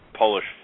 Polish